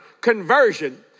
Conversion